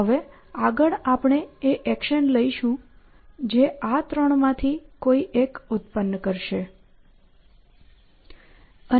હવે આગળ આપણે એ એક્શન લઈશું જે આ ત્રણ માં થી કોઈ એક ઉત્પન્ન કરશે